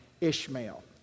Ishmael